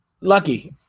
lucky